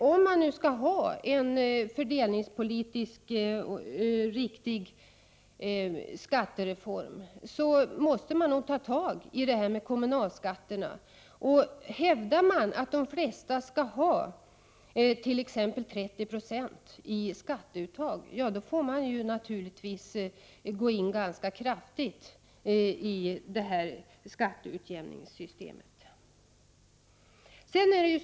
Om man skall få en fördelningspolitiskt riktig skattereform måste man nog ta tag i kommunalskatten, och hävdar man att de flesta skall ha t.ex. 30 26 i skatteuttag får man naturligtvis gå in rätt kraftigt i katteutjämningssystemet.